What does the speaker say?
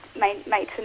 maintenance